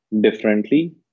differently